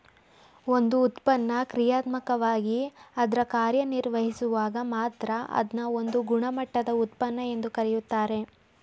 ಒಂದು ಉತ್ಪನ್ನ ಕ್ರಿಯಾತ್ಮಕವಾಗಿ ಅದ್ರ ಕಾರ್ಯನಿರ್ವಹಿಸುವಾಗ ಮಾತ್ರ ಅದ್ನ ಒಂದು ಗುಣಮಟ್ಟದ ಉತ್ಪನ್ನ ಎಂದು ಕರೆಯುತ್ತಾರೆ